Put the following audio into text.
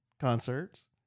Concerts